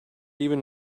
even